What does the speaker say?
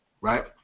right